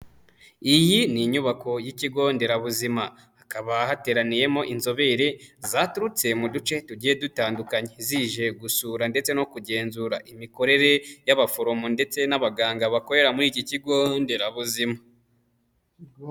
Iyi ni inyubako y'ikigo nderabuzima, hakaba hateraniyemo inzobere zaturutse mu duce tugiye dutandukanye zije gusura ndetse no kugenzura imikorere y'abaforomo ndetse n'abaganga bakorera muri iki kigo nderabuzima.